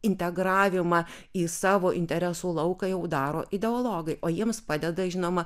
integravimą į savo interesų lauką jau daro ideologai o jiems padeda žinoma